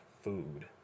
food